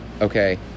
okay